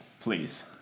Please